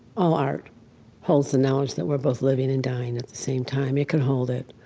all art holds the knowledge that we're both living and dying at the same time. it can hold it.